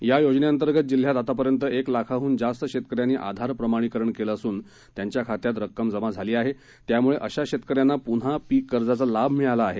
या योजनेअंतर्गत जिल्ह्यात आतापर्यंत एक लाखाहन जास्त शेतकऱ्यांनी आधार प्रमाणीकरण केलं असून त्यांच्या खात्यात रक्कम जमा झाली आहे त्याम्ळे अशा शेतकऱ्यांना प्न्हा पीक कर्जाचा लाभ मिळाला आहे